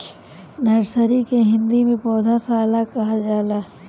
nursery के हिंदी में पौधशाला कहल जाला